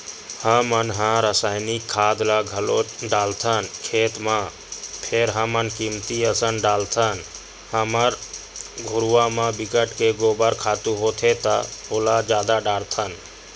हमन ह रायसायनिक खाद ल घलोक डालथन खेत म फेर हमन ह कमती असन डालथन हमर घुरूवा म बिकट के गोबर खातू होथे त ओला जादा डारथन